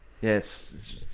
Yes